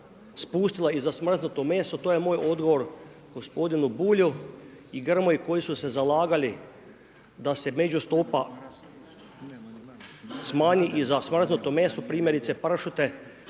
spustila i za smrznuto meso, to je moj odgovor, gospodinu Bulju i Grmoji, koji su se zalagali, da se među stopa smanji i za smrznuto meso, primjerice pršute,